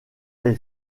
les